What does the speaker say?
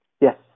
Yes